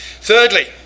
Thirdly